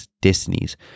destinies